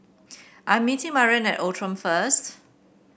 I am meeting Maren at Outram first